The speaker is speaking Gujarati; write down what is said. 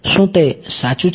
શું તે સાચું છે